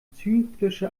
zyklische